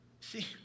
See